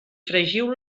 fregiu